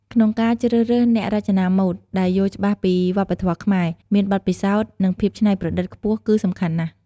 ក្នុងការជ្រើសរើសអ្នករចនាម៉ូតដែលយល់ច្បាស់ពីវប្បធម៌ខ្មែរ មានបទពិសោធន៍ និងភាពច្នៃប្រឌិតខ្ពស់គឺសំខាន់ណាស់ ។